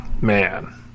Man